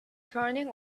turning